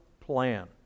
plan